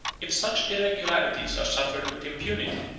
if such irregularities are suffered with impunity,